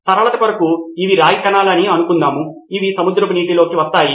సరళత కొరకు ఇవి రాగి కణాలు అని అనుకుందాం ఇవి సముద్రపు నీటిలోకి వస్తాయి